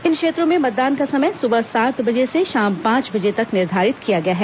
इन क्षेत्रों में मतदान का समय सुबह सात बजे से शाम पांच बजे तक निर्धारित किया गया है